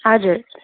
हजुर